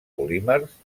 polímers